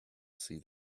see